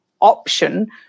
option